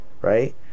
right